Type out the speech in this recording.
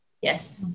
Yes